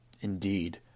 Indeed